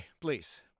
Please